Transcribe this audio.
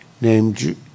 named